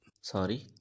Sorry